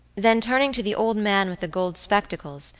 then turning to the old man with the gold spectacles,